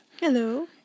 Hello